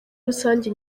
rusange